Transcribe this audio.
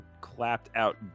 clapped-out